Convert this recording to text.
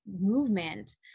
movement